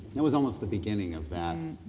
it was almost the beginning of that.